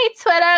Twitter